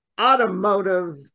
Automotive